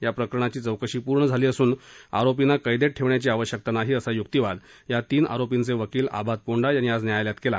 या प्रकरणाची चौकशी पूर्ण झाली असून आरोपींना कैदेत ठेवण्याची आवश्यकता नाही असा युक्तिवाद या तीन आरोपींचे वकील आबाद पोंडा यांनी आज न्यायालयात केला